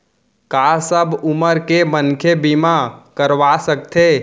का सब उमर के मनखे बीमा करवा सकथे?